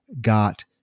got